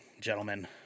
gentlemen